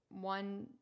one